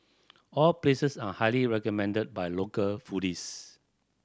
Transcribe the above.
all places are highly recommended by local foodies